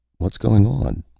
what's going on?